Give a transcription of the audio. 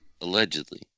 Allegedly